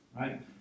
right